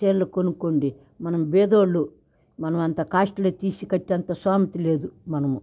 చీరలు కొనుకోండి మనం బీదవాళ్ళు మనం అంత కాస్ట్లీ తీసి కట్టే అంత స్థోమత లేదు మనము